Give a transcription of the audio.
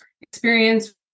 experience